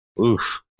Oof